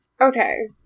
Okay